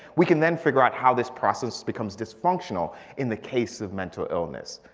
we can then figure out how this process becomes dysfunctional in the case of mental illness.